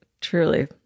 truly